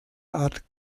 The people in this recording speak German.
art